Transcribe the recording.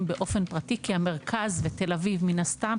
באופן פרטי כי המרכז ותל אביב מן הסתם,